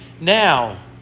now